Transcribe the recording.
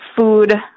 food